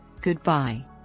Goodbye